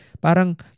Parang